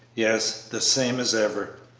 yes the same as ever.